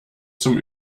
zum